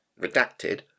Redacted